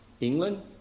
England